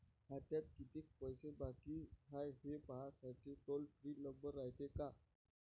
खात्यात कितीक पैसे बाकी हाय, हे पाहासाठी टोल फ्री नंबर रायते का?